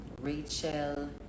Rachel